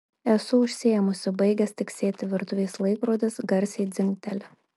esu užsiėmusi baigęs tiksėti virtuvės laikrodis garsiai dzingteli